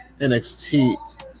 NXT